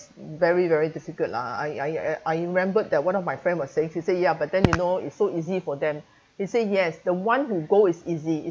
very very difficult lah I I I remembered that one of my friend was saying he say ya but then you know it's so easy for them he say yes the one who go is easy